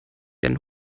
einen